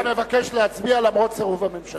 אתה מבקש להצביע למרות סירוב הממשלה.